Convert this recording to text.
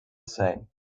say